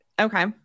Okay